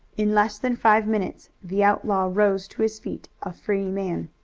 in less than five minutes the outlaw rose to his feet a free man.